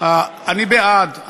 אני בעד.